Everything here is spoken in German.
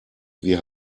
wir